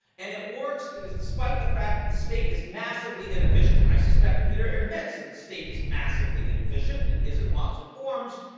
and it works because despite the fact that the state is massively inefficient, and i suspect peter admits that the state is massively inefficient, and it is in lots of forms,